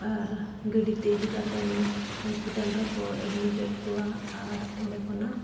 ᱟᱨ ᱜᱟᱹᱰᱤ ᱛᱮ ᱤᱫᱤ ᱠᱟᱛᱮᱱ ᱦᱚᱥᱯᱤᱴᱟᱞ ᱨᱮᱠᱚ ᱮᱰᱢᱤᱥᱚᱱ ᱮᱫ ᱠᱚᱣᱟ ᱟᱨ ᱚᱸᱰᱮ ᱠᱷᱚᱱᱟᱜ